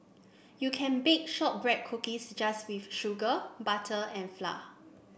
you can bake shortbread cookies just with sugar butter and flour